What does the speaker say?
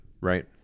Right